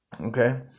Okay